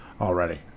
already